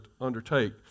undertake